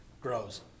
grows